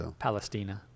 Palestina